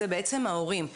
זה בעצם ההורים.